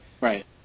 Right